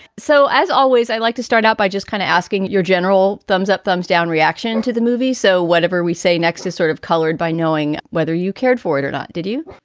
so as always, i like to start out by just kind of asking your general thumbs up, thumbs down reaction to the movie. so whatever we say next is sort of colored by knowing whether you cared for it or not, did you?